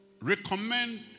recommend